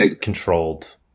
controlled